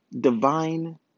divine